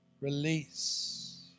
Release